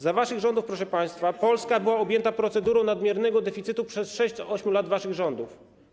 Za waszych rządów, proszę państwa, Polska była objęta procedurą nadmiernego deficytu przez 6 lat z 8 lat waszych rządów.